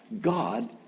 God